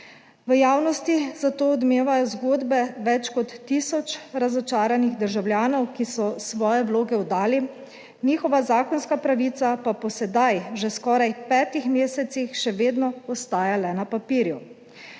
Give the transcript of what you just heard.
V javnosti zato odmevajo zgodbe več kot tisoč razočaranih državljanov, ki so svoje vloge oddali, njihova zakonska pravica pa po sedaj že skoraj petih mesecih še vedno ostaja le na papirju.